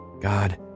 God